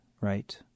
right